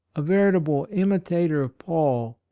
a veritable imi tator of paul,